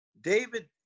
David